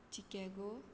Chicago